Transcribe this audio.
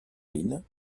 mines